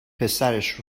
پسرش